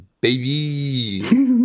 baby